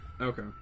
Okay